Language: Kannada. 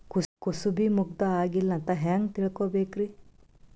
ಕೂಸಬಿ ಮುಗ್ಗ ಆಗಿಲ್ಲಾ ಅಂತ ಹೆಂಗ್ ತಿಳಕೋಬೇಕ್ರಿ?